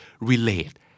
Relate